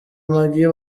maggie